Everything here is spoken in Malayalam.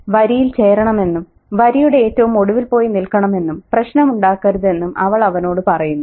വരിയിൽ ചേരണമെന്നും വരിയുടെ ഏറ്റവും ഒടുവിൽ പോയി നിൽക്കണമെന്നും പ്രശ്നമുണ്ടാക്കരുതെന്നും അവൾ അവനോടു പറയുന്നു